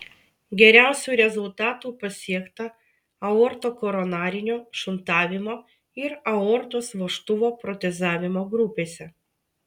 geriausių rezultatų pasiekta aortokoronarinio šuntavimo ir aortos vožtuvo protezavimo grupėse